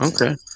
Okay